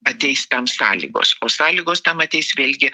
ateis tam sąlygos o sąlygos tam ateis vėlgi